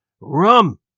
Rum